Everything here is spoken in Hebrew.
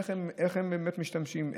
איך הם באמת משתמשים,